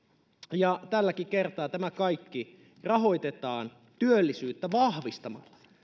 tälläkin kertaa tämä kaikki rahoitetaan työllisyyttä vahvistamalla